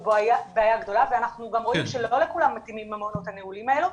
זו בעיה גדולה ואנחנו גם רואים שלא לכולם מתאימים המעונות הנעולים האלה.